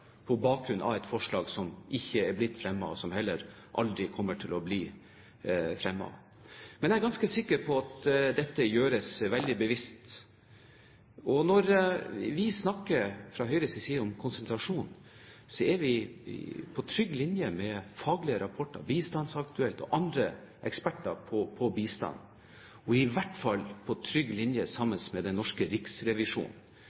på bakgrunn av et forslag som ikke er blitt fremmet, og som heller aldri kommer til å bli fremmet. Men jeg er ganske sikker på at dette gjøres veldig bevisst. Når vi fra Høyres side snakker om konsentrasjon, er vi på trygg grunn og på linje med faglige rapporter som Bistandsaktuelt og andre eksperter på bistand. Vi står i hvert fall trygt på linje